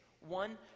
One